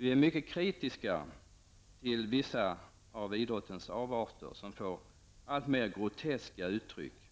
Vi är mycket kritiska till vissa av idrottens avarter, som får alltmer groteska uttryck.